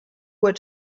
were